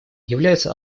являются